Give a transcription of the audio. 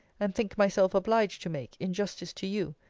and think myself obliged to make, in justice to you,